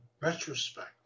retrospect